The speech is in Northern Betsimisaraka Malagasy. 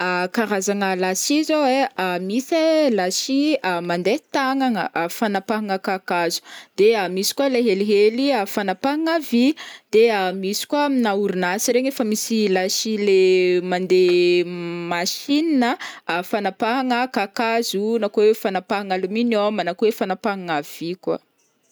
Karazana lasy zao e, misy e lasy mandeha tagnana fanapahana kakazo, misy koa le helihely fanapahana vy, de misy koa amina orinasa regny efa misy lasy le mandeha machine, fagnapahagna kakazo na koa hoe fanapahana aluminum na koa hoe fanapahana vy koa.